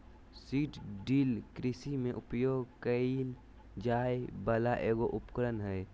seed drill कृषि में उपयोग कइल जाय वला एगो उपकरण हइ